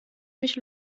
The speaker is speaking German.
mich